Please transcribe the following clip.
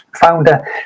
founder